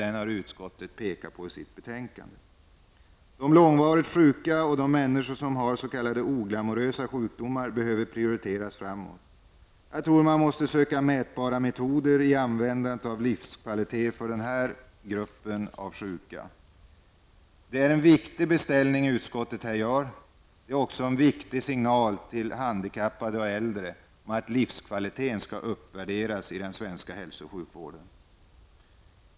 Det har utskottet påpekat i sitt betänkande. De långvarigt sjuka och de människor som har s.k oglamorösa sjukdomar behöver prioteras framöver. Jag tror att man måste söka moribara metoder i användandet av livskvalitet för den här gruppen av sjuka. Det är en viktig beställning utskottet här gör. Det är också en viktig signal till handikappade och äldre om att livskvalitet skall uppvärderas i den svenska hälso och sjukvården.